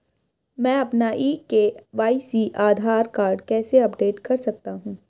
मैं अपना e KYC Aadhaar card कैसे अपडेट कर सकता हूँ?